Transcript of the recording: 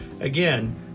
Again